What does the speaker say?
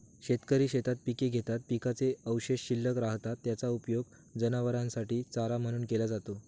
शेतकरी शेतात पिके घेतात, पिकाचे अवशेष शिल्लक राहतात, त्याचा उपयोग जनावरांसाठी चारा म्हणून केला जातो